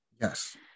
Yes